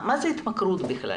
מה זה התמכרות בכלל?